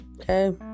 okay